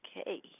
okay